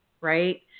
right